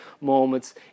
moments